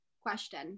Question